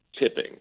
tipping